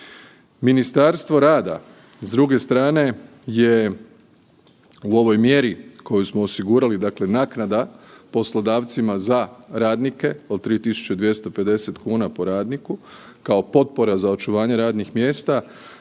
Ministarstvo rada s druge strane je u ovoj mjeri koju smo osigurali, dakle naknada poslodavcima za radnike po 3.250,00 kn po radniku kao potpora za očuvanje radnih mjesta